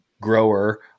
grower